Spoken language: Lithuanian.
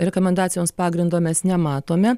rekomendacijoms pagrindo mes nematome